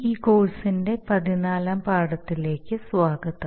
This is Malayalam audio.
ഈ കോഴ്സിന്റെ പതിനാലാം പാഠത്തിലേക്ക് സ്വാഗതം